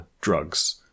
drugs